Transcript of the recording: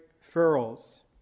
furrows